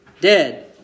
dead